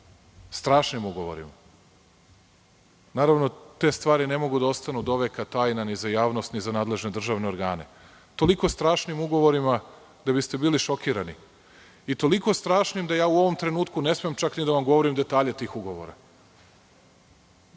strašnim ugovorima. Naravno, te stvari ne mogu da ostanu doveka tajna ni za javnost, ni za nadležne državne ograne. Tolikim strašnim ugovorima da biste bili šokirani i toliko strašnim da ja u ovom trenutku ne smem čak ni da vam govorim detalje tih ugovora.